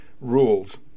rules